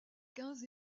quinze